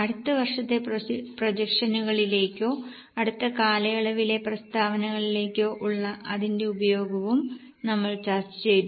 അടുത്ത വർഷത്തെ പ്രൊജക്ഷനുകളിലേക്കോ അടുത്ത കാലയളവിലെ പ്രസ്താവനകളിലേക്കോ ഉള്ള അതിന്റെ ഉപയോഗവും നമ്മൾ ചർച്ച ചെയ്തു